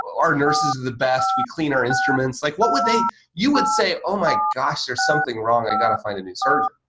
our nurses are the best, we clean our instruments like what would you would say? oh my gosh, there's something wrong. i got to find a new surgeon.